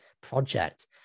project